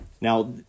Now